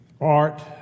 art